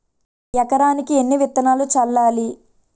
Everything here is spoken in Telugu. ఎకరానికి ఎన్ని విత్తనాలు చల్లాలి?